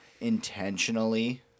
intentionally